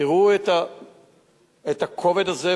תראו את הכובד הזה.